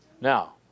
Now